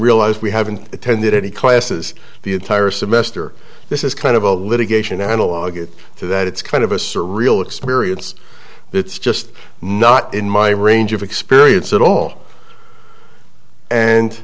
realize we haven't attended any classes the entire semester this is kind of a litigation analogue get to that it's kind of a surreal experience it's just not in my range of experience at all and